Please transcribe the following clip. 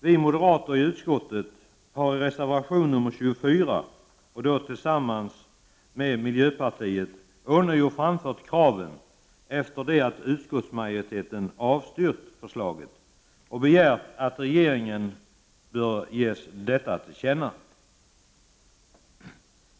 Vi moderater i utskottet har tillsammans med miljöpartiet i reservation nr 24 ånyo framfört dessa krav, efter det att utskottsmajoriteten avstyrkt förslaget, och vi begär att regeringen bör ges detta till känna.